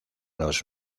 los